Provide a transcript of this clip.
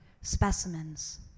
specimens